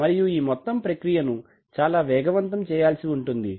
మరియు ఈ మొత్తం ప్రక్రియను చాలా వేగవంతం చేయాల్సి ఉంటుంది